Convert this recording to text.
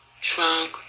trunk